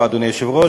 אדוני היושב-ראש,